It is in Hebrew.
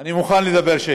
אני מוכן לדבר.